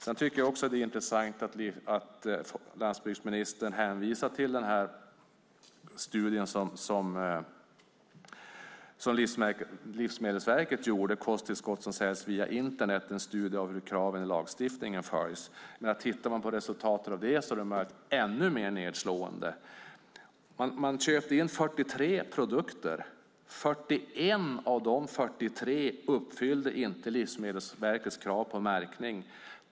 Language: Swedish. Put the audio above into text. Sedan tycker jag också att det är intressant att landsbygdsministern hänvisar till den studie som Livsmedelsverket gjorde av kosttillskott som säljs via Internet. Det var en studie av hur kraven i lagstiftningen följs. Resultatet av den studien är ännu mer nedslående. Man köpte in 43 produkter. 41 av de 43 uppfyllde inte Livsmedelsverkets krav på märkning.